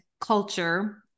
culture